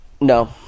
No